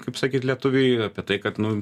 kaip sakyt lietuviai apie tai kad nu